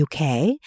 UK